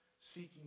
seeking